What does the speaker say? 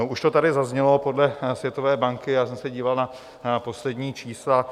Už to tady zaznělo podle Světové banky, já jsem se díval na poslední čísla, jsme 157.